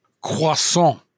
Croissant